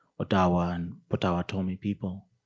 ottowa and potowatami people.